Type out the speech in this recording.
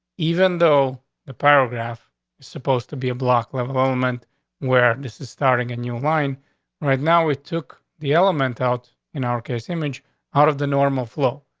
even though the paragraph supposed to be a block level moment where this is starting a new line right now, we took the element out in our case image out of the normal flow.